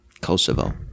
Kosovo